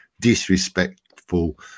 disrespectful